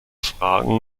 fragen